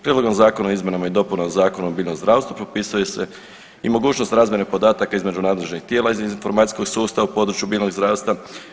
Prijedlogom Zakona o izmjenama i dopunama Zakona o biljnom zdravstvu propisuje se i mogućnost razmjene podataka između nadležnih tijela iz informacijskog sustava u području biljnog zdravstva.